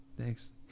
Thanks